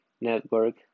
network